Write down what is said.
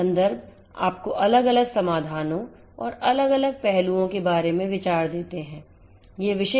ये संदर्भ आपको अलग अलग समाधानों और अलग अलग पहलों के बारे में बेहतर विचार देंगे